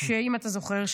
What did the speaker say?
אם אתה זוכר,